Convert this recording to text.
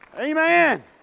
Amen